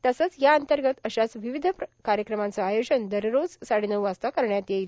तसंच या अंतर्गत अशाच प्रकारच्या विविध कार्यक्रमांचं आयोजन दररोज साडेनऊ वाजता करण्यात येईल